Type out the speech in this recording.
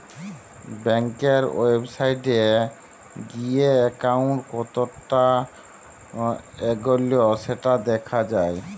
ব্যাংকের ওয়েবসাইটে গিএ একাউন্ট কতটা এগল্য সেটা দ্যাখা যায়